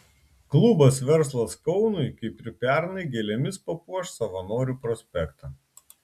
klubas verslas kaunui kaip ir pernai gėlėmis papuoš savanorių prospektą